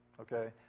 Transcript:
Okay